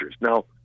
Now